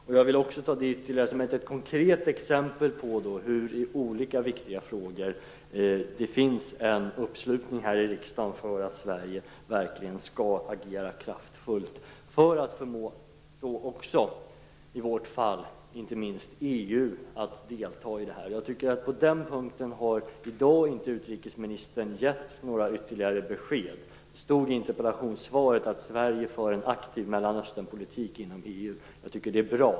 Det är ett konkret exempel på den uppslutning som finns här i riksdagen för att Sverige verkligen skall agera kraftfullt i olika viktiga frågor, också för att förmå EU att delta. På den punkten har utrikesministern inte gett några ytterligare besked i dag. Det stod i interpellationssvaret att Sverige för en aktiv Mellanösternpolitik inom EU. Det är bra.